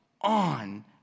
on